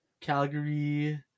Calgary